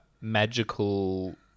magical